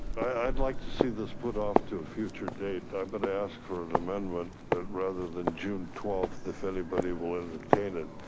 i'd like to see this put off to a future date, i'm gonna but ask for an amendment rather than june twelfth, if anybody will entertain it.